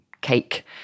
cake